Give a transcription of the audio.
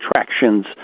attractions